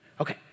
Okay